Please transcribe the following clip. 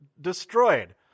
destroyed